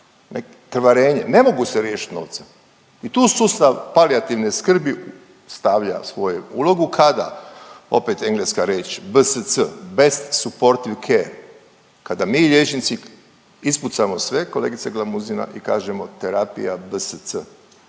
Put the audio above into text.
rak, krvarenje, ne mogu se riješit novcem i tu sustav palijativne skrbi stavlja svoju ulogu kada, opet engleska riječ BSC, best support chair, kada mi liječnici ispucamo sve kolegice Glamuzina i kažemo terapija BSC,